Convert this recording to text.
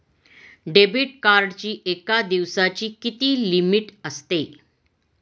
Debit कार्डची एका दिवसाची किती लिमिट असते?